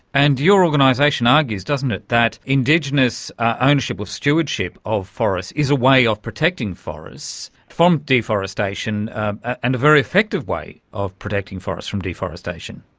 and your organisation argues, doesn't it, that indigenous ah ownership or stewardship of forests is a way of protecting forests from deforestation and a very effective way of protecting forests from deforestation.